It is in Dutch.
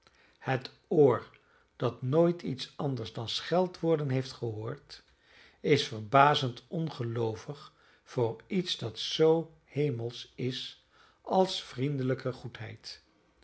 het oor dat nooit iets anders dan scheldwoorden heeft gehoord is verbazend ongeloovig voor iets dat zoo hemelsch is als vriendelijke goedheid